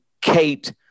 Kate